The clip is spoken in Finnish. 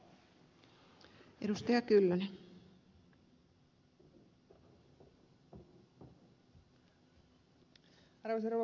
arvoisa rouva puhemies